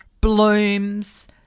blooms